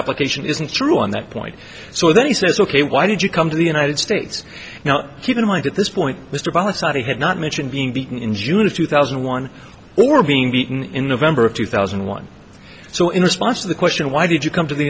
application isn't true on that point so then he says ok why did you come to the united states now keep in mind at this point mr policy had not mentioned being beaten in june of two thousand and one or being beaten in november of two thousand and one so in response to the question why did you come to the